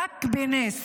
רק בנס,